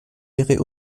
ihre